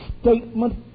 statement